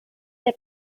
der